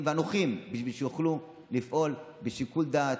והנוחים בשביל שיוכלו לפעול בשיקול דעת,